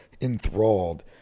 enthralled